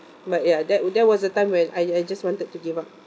but ya that that was a time when I I just wanted to give up